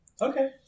Okay